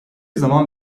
zaman